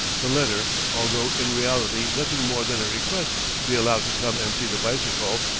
the letter, although in reality nothing more than a request to be allowed to come and see the bicycle,